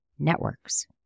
Networks